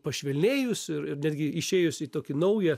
pašvelnėjus ir netgi išėjus į tokį naują